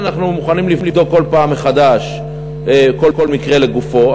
אנחנו מוכנים לבדוק כל פעם מחדש כל מקרה לגופו,